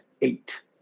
eight